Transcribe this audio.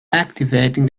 activating